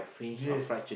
yes